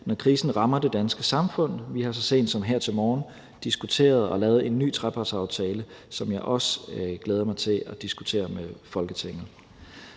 når krisen rammer det danske samfund. Vi har så sent som her til morgen diskuteret og lavet en ny trepartsaftale, som jeg også glæder mig til at diskutere med Folketinget,